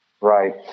right